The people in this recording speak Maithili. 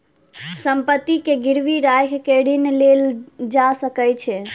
संपत्ति के गिरवी राइख के ऋण लेल जा सकै छै